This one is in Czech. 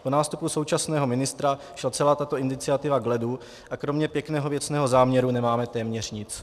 Po nástupu současného ministra šla celá tato iniciativa k ledu a kromě pěkného věcného záměru nemáme téměř nic.